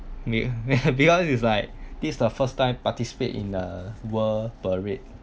because it's like this the first time participate in the world parade